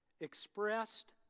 expressed